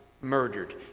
murdered